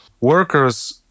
workers